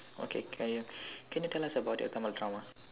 okay can you can you tell us about your tamil drama